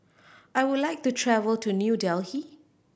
I would like to travel to New Delhi